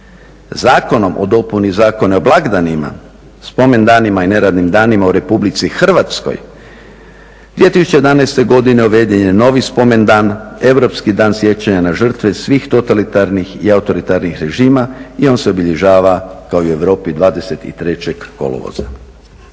Zakonom o dopuni Zakona o blagdanima, spomen danima i neradnim danima u RH, 2011. godine uveden je novi spomen dan, Europski dan sjećanja na žrtve svih totalitarnih i autoritarnih režima i on se obilježava kao i u Europi 23. kolovoza.